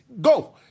go